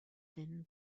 thin